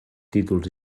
títols